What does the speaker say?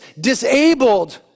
disabled